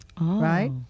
Right